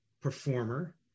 performer